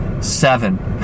seven